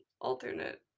alternate